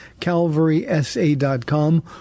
calvarysa.com